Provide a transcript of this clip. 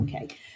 Okay